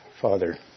Father